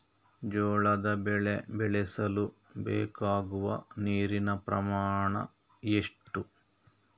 ಜೋಳದ ಬೆಳೆ ಬೆಳೆಸಲು ಬೇಕಾಗುವ ನೀರಿನ ಪ್ರಮಾಣ ಎಷ್ಟು?